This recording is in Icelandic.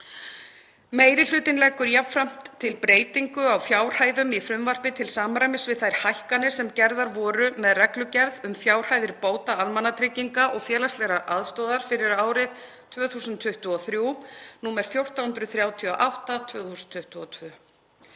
Meiri hlutinn leggur jafnframt til breytingu á fjárhæðum í frumvarpi til samræmis við þær hækkanir sem gerðar voru með reglugerð um fjárhæðir bóta almannatrygginga og félagslegrar aðstoðar fyrir árið 2023, nr. 1438/2022.